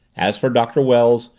as for doctor wells,